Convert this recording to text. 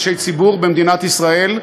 אנשי ציבור במדינת ישראל,